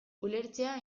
ulertzea